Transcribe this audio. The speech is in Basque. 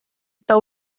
eta